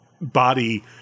body